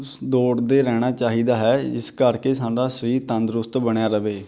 ਸ ਦੌੜਦੇ ਰਹਿਣਾ ਚਾਹੀਦਾ ਹੈ ਇਸ ਕਰਕੇ ਸਾਡਾ ਸਰੀਰ ਤੰਦਰੁਸਤ ਬਣਿਆ ਰਹੇ